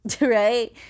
right